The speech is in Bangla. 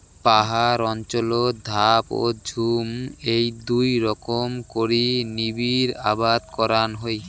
পাহাড় অঞ্চলত ধাপ ও ঝুম এ্যাই দুই রকম করি নিবিড় আবাদ করাং হই